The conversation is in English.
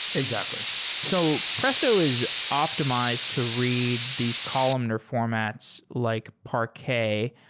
exactly so presto is optimized to read these columnar formats, like parquet.